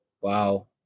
Wow